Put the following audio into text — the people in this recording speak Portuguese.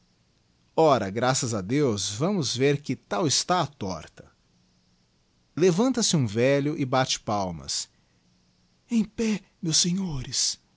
ora graças adeus vamos ver que tal está a torta levanta se um velho e bate palmas em pé meus senhores